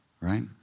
right